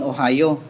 Ohio